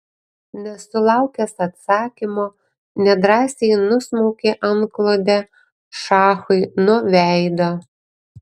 nesulaukęs atsakymo nedrąsiai nusmaukė antklodę šachui nuo veido